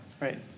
Right